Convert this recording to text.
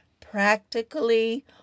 practically